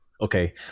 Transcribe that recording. Okay